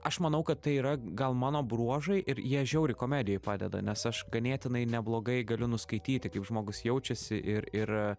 aš manau kad tai yra gal mano bruožai ir jie žiauriai komedijoj padeda nes aš ganėtinai neblogai galiu nuskaityti kaip žmogus jaučiasi ir ir